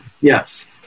yes